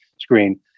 screen